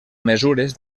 mesures